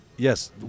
Yes